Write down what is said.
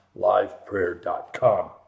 LivePrayer.com